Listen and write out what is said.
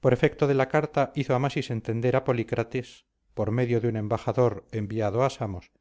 por efecto de la carta hizo amasis entender a polícrates por medio de un embajador enviado a samos